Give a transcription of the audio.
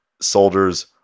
soldiers